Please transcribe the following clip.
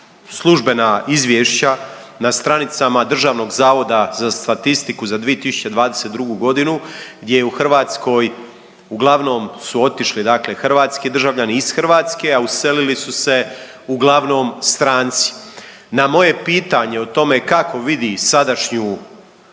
službena izvješća na stranicama Državnog zavoda za statistiku za 2022. godinu gdje je u Hrvatskoj uglavnom su otišli, dakle hrvatski državljani iz Hrvatske a uselili su se uglavnom stranci. Na moje pitanje o tome kako vidi sadašnju